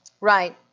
Right